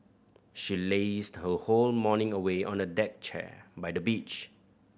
she lazed her whole morning away on a deck chair by the beach